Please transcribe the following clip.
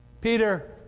Peter